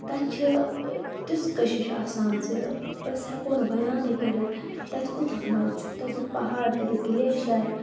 تَتہِ چھِ تِژھ کٔشِش آسان زِ أسۍ ہیٚکو نہٕ بیانٕے کٔرِتھ تَتہِ کوٗتاہ منٛز چھُ تَتِکۍ پہاڑ تَتِکۍ گِلیشَر